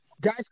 Guys